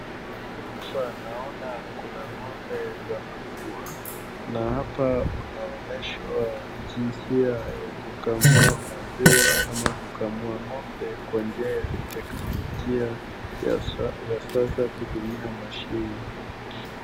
Hii picha naona kuna ngombe za maziwa na hapa unaonyeshwa jinsia ya kukamua maziwa au kukamua ngombe kwa njia ya kiteknolojia ya sasa kutumia mashini.